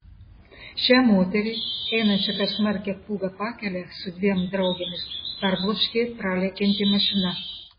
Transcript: šią moterį einančią per smarkią pūgą pakele su dviem draugėmis parbloškė pralekianti mašina